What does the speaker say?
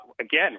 Again